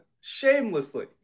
shamelessly